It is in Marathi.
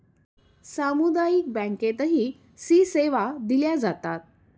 सामुदायिक बँकेतही सी सेवा दिल्या जातात